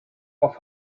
off